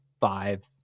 five